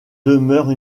demeure